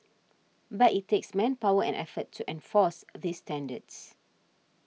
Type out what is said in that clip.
but it takes manpower and effort to enforce these standards